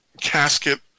casket